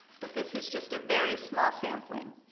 but this is just a very small sampling.